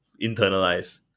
internalize